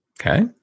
Okay